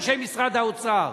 אנשי משרד האוצר.